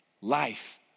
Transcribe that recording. Life